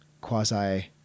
quasi